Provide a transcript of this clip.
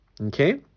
okay